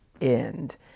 end